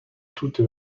toute